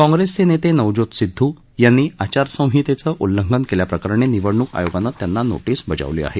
काँप्रेसचे नेते नवज्योत सिध्दू यापीी आचारसहितेच उल्लघ्न केल्याप्रकरणी निवडणूक आयोगान तियापी नोटीस बजावली आहे